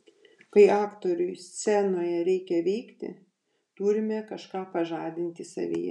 kai aktoriui scenoje reikia veikti turime kažką pažadinti savyje